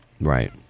Right